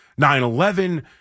9-11